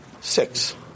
Six